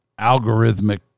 algorithmic